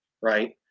right